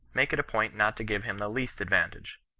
make it a point not to give him the least advantage.